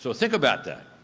so think about that.